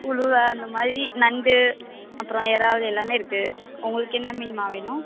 உளுவை அந்த மாதிரி நண்டு அப்புறோம் இறா எல்லாமே இருக்குது உங்களுக்கு என்ன மீனும்மா வேணும்